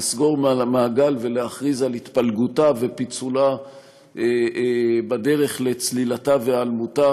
לסגור מעגל ולהכריז על התפלגותה ופיצולה בדרך לצלילתה והיעלמותה